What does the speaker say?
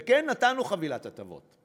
וכן, נתנו חבילת הטבות.